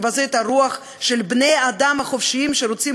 מבזה את הרוח של בני-האדם החופשיים שרוצים